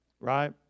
right